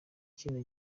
kino